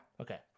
Okay